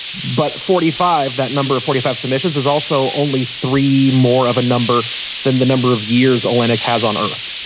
but forty five that number of forty five submissions is also only three more of a number than the number of years olynyk has on earth.